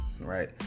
right